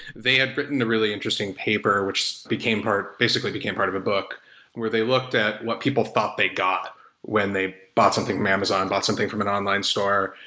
they had written a really interesting paper which became part basically became part of the book where they looked at what people thought they got when they bought something from amazon, bought something from an online store.